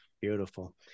Beautiful